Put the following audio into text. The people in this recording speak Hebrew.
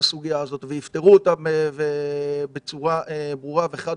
הסוגיה הזאת ולפתור אותה בצורה ברורה וחד-משמעית.